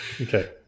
Okay